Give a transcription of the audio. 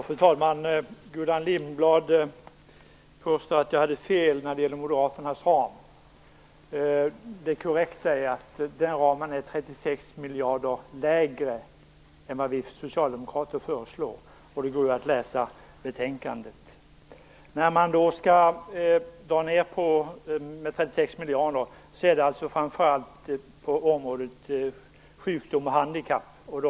Fru talman! Gullan Lindblad påstår att jag hade fel när det gäller Moderaternas ram. Det korrekta är att den ramen är 36 miljarder kronor lägre än vad vi socialdemokrater föreslår. Det framgår av betänkandet. När man skall dra ned med 36 miljarder kronor gäller det framför allt området sjukdom och handikapp.